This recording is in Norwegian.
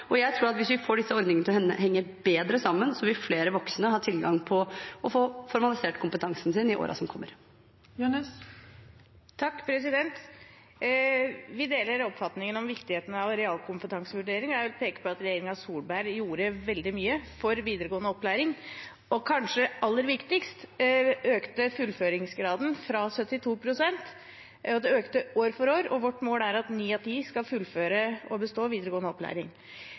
Jeg tror at hvis vi får disse ordningene til å henge bedre sammen, vil flere voksne ha tilgang på å få formalisert kompetansen sin i årene som kommer. Vi deler oppfatninger om viktigheten av realkompetansevurdering ved å peke på at Solberg-regjeringen gjorde veldig mye for videregående opplæring, og kanskje aller viktigst var det at man økte fullføringsgraden fra 72 pst. Den økte år for år, og vårt mål er at ni av ti skal fullføre og bestå videregående opplæring.